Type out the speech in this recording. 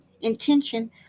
intention